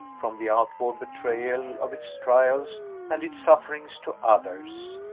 from the outward betrayal of its trials and its sufferings to others.